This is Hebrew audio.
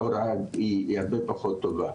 ההוראה היא הרבה פחות טובה.